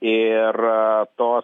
ir to